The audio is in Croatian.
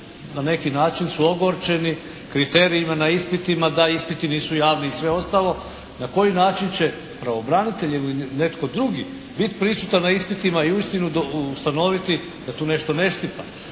na neki način su ogorčeni kriterijima na ispitima da ispiti nisu javni i sve ostalo na koji način će pravobranitelj ili netko drugi biti prisutan na ispitima i uistinu ustanoviti da tu nešto štima.